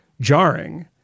jarring